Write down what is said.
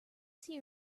see